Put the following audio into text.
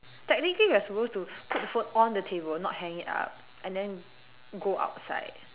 technically we are supposed to put the phone on the table not hang it up and then go outside